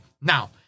Now